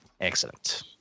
Excellent